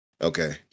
Okay